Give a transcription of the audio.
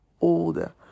older